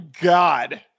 God